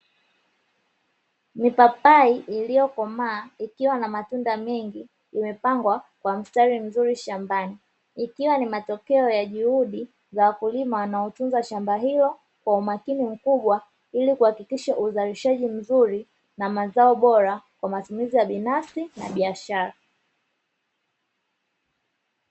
Mipapai iliyokomaa ikiwa na matunda mengi imepangwa kwa mstari mzuri shambani ikiwa ni matokeo ya juhudi za wakulima, wanaotunza shamba hilo kwa umakini mkubwa, ili kuhakikisha uzalishaji mzuri na mazao bora kwa matumizi ya binafsi na biashara.